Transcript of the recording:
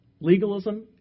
Legalism